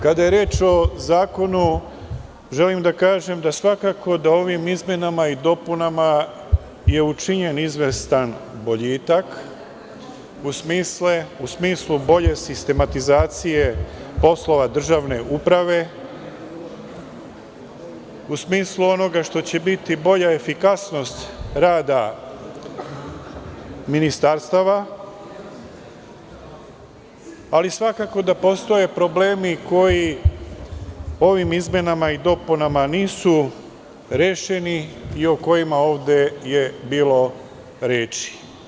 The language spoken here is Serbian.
Kada je reč o zakonu, želim da kažem da ovim izmenama i dopunama je učinjen izvestan boljitak u smislu bolje sistematizacije poslova državne uprave, u smislu onoga što će biti bolja efikasnost rada ministarstava, ali svakako da postoje problemi koji ovim izmenama i dopunama nisu rešeni i o kojima je ovde bilo reči.